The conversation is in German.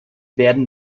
werden